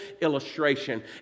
illustration